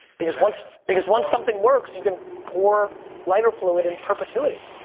because once because once something works, you can pour lighter fluid in perpetuity.